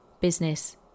business